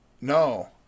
No